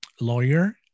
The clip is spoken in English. lawyer